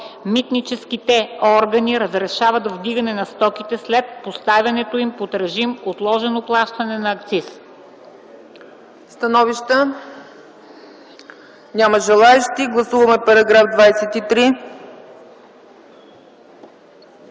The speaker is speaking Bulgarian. „Митническите органи разрешават вдигане на стоките след поставянето им под режим отложено плащане на акциз.”